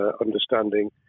understanding